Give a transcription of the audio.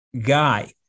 guy